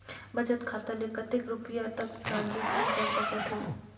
बचत खाता ले कतेक रुपिया तक ट्रांजेक्शन कर सकथव?